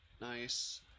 nice